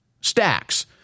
Stacks